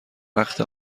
وقت